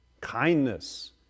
kindness